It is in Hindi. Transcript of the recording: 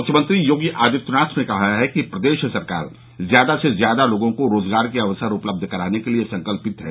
मुख्यमंत्री योगी आदित्यनाथ ने कहा है कि प्रदेश सरकार ज्यादा से ज्यादा लोगों को रोजगार के अवसर उपलब्ध कराने के लिये संकल्पित है